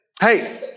Hey